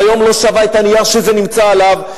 היום לא שווה את הנייר שזה נמצא עליו.